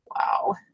Wow